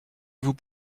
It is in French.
vous